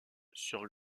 sur